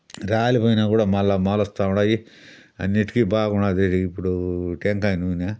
రాలిపోయినా కూడా మళ్ళా మొలుస్తూ ఉన్నాయి అన్నిటికి బాగున్నది ఇది ఇప్పుడు టెంకాయ నూనె